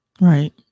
Right